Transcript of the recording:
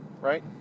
right